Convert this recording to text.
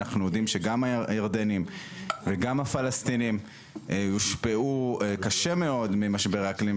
אנחנו יודעים שגם הירדנים וגם הפלסטינים הושפעו קשה מאוד ממשבר האקלים.